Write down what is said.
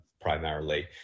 primarily